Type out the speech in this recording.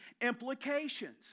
implications